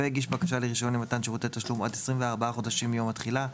והגיש בקשה לרישיון למתן שירותי תשלום עד 24 חודשים מיום התחילה,